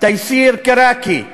תייסיר קראקי,